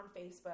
Facebook